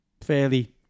fairly